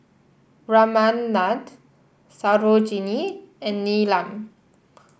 Ramanand Sarojini and Neelam